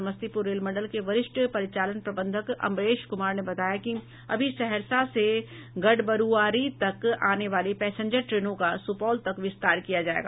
Samastipur rail मंडल के वरिष्ठ परिचालन प्रबंधक अमरेश कुमार ने बताया कि अभी सहरसा से गढ़बरूआरी तक आने वाली पैसेंजर ट्रेनों का सुपौल तक विस्तार किया जायेगा